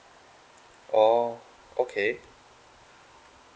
oh okay